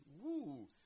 Woo